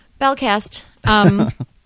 Bellcast